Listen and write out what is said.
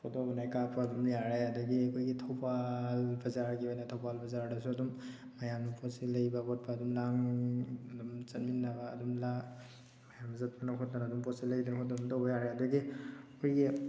ꯐꯣꯇꯣꯒꯨꯝꯕ ꯀꯥꯞꯄ ꯑꯗꯨꯝ ꯌꯥꯔꯦ ꯑꯗꯒꯤ ꯑꯩꯈꯣꯏꯒꯤ ꯊꯧꯕꯥꯜ ꯕꯖꯥꯔꯒꯤ ꯑꯣꯏꯅ ꯊꯧꯕꯥꯜ ꯕꯖꯥꯔꯗꯁꯨ ꯑꯗꯨꯝ ꯃꯌꯥꯝꯅ ꯄꯣꯠꯆꯩ ꯂꯩꯕ ꯈꯣꯠꯄ ꯑꯗꯨꯝ ꯂꯥꯡ ꯑꯗꯨꯝ ꯆꯠꯃꯤꯟꯅꯕ ꯑꯗꯨꯝ ꯂꯥꯡ ꯃꯌꯥꯝ ꯆꯠꯇꯅ ꯈꯣꯠꯇꯅ ꯑꯗꯨꯝ ꯄꯣꯠꯆꯩ ꯂꯩꯗꯅ ꯈꯣꯠꯇꯅ ꯑꯗꯨꯝ ꯇꯧꯕ ꯌꯥꯔꯦ ꯑꯗꯒꯤ ꯑꯩꯈꯣꯏꯒꯤ